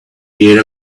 year